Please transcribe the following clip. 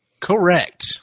Correct